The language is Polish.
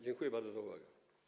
Dziękuję bardzo za uwagę.